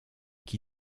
qui